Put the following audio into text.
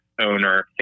owner